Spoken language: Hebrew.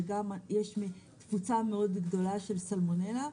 וגם יש קבוצה מאוד גדולה של סלמונלה.